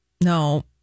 no